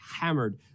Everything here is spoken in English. hammered